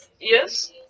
Yes